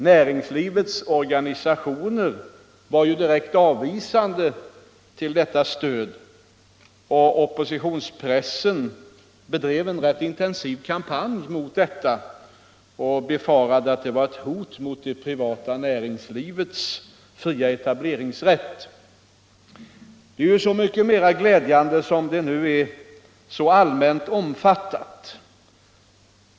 Näringslivets organisationer ställde sig direkt avvisande till detta stöd, och oppositionspressen bedrev en rätt intensiv kampanj mot det. Man befarade att det var ett hot mot det privata näringslivets fria etableringsrätt. Det är så mycket mera glädjande att detta stöd nu är så allmänt omfattat.